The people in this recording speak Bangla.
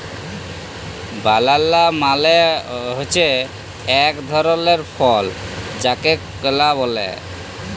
বালালা মালে হছে ইক ধরলের ফল যাকে কলা ব্যলে